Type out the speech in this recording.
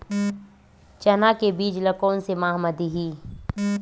चना के बीज ल कोन से माह म दीही?